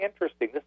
interesting